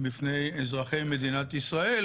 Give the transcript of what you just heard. בפני אזרחי מדינת ישראל